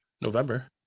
november